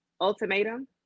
Ultimatum